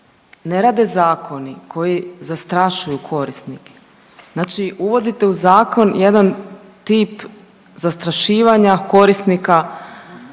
ne rade zakoni koji zastrašuju korisnike. Znači uvodite u zakon jedan tip zastrašivanja korisnika